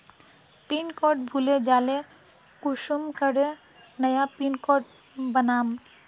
Pin code भूले जाले कुंसम करे नया पिन कोड बनाम?